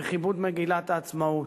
לכיבוד מגילת העצמאות,